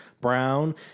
Brown